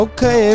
Okay